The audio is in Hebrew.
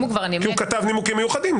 כי הוא כתב נימוקים מיוחדים,